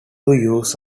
use